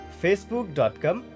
facebook.com